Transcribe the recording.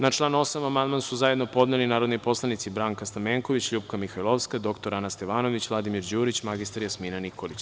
Na član 8. amandman su zajedno podneli narodni poslanici Branka Stamenković, LJupka Mihajlovska, dr. Ana Stevanović, Vladimir Đurić i mr Jasmina Nikolić.